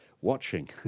watching